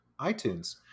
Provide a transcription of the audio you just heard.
iTunes